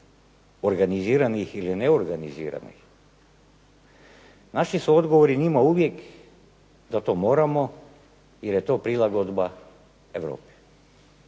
organiziranih ili neorganiziranih naši su odgovori njima uvijek da to moramo jer je to prilagodba Europi.